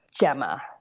Gemma